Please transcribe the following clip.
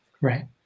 right